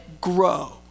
grow